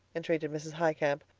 entreated mrs. highcamp.